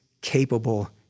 capable